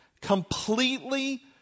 Completely